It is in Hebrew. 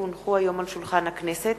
כי הונחו היום על שולחן הכנסת,